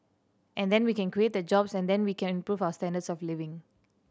and then we can create the jobs and then we can improve our standards of living